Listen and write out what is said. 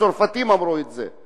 הצרפתים אמרו את זה.